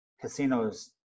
casinos